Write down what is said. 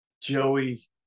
Joey